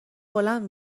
بلند